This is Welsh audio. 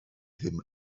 ddim